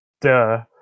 Duh